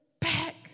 back